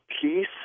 peace